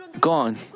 gone